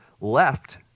left